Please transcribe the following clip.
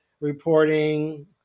reporting